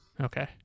Okay